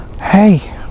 Hey